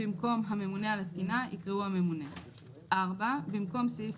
במקום "הממונה על התקינה" יקראו "הממונה"; במקום סעיף